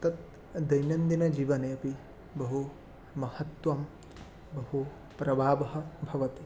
तत् दैनन्दिनजीवने अपि बहुमहत्त्वं बहुप्रभावः भवति